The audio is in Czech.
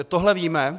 Tohle víme.